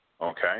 Okay